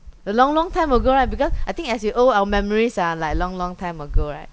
a long long time ago right because I think as you old our memories are like long long time ago right